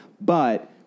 But-